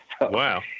Wow